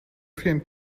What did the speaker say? vielen